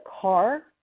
car